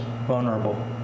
Vulnerable